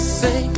say